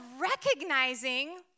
recognizing